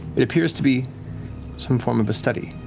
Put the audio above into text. it appears to be some form of a study,